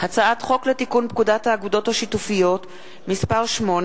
הצעת חוק לתיקון פקודת האגודות השיתופיות (מס' 8),